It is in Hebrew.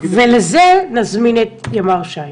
ולזה נזמין את ימ"ר ש"י.